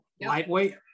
Lightweight